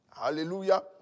Hallelujah